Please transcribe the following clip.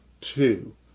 Two